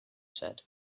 said